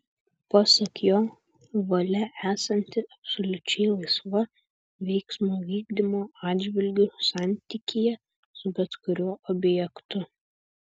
pasak jo valia esanti absoliučiai laisva veiksmo vykdymo atžvilgiu santykyje su bet kuriuo objektu